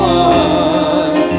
one